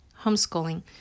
homeschooling